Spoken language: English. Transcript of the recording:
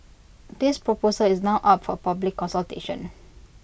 this proposal is now up for public consultation